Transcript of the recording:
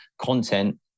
content